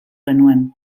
genuen